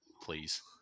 Please